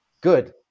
Good